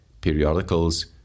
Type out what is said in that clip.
periodicals